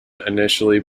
initially